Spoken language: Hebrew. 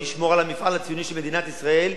אני אשמור על המפעל הציוני של מדינת ישראל,